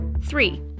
Three